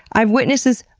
i've witnessed this,